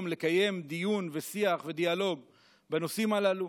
לקיים דיון ושיח ודיאלוג בנושאים הללו.